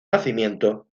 nacimiento